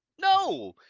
No